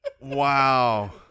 Wow